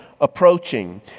approaching